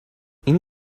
این